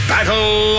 Battle